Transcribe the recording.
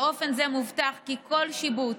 באופן זה מובטח כי כל שיבוץ,